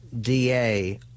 DA